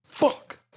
fuck